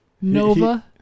nova